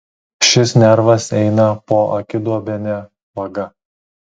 šis nervas eina poakiduobine vaga